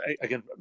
again